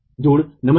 जोड़ नमन है